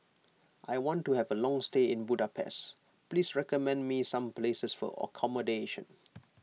I want to have a long stay in Budapest please recommend me some places for accommodation